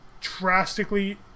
drastically